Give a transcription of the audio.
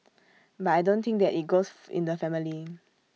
but I don't think that IT goes in the family